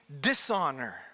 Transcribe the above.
dishonor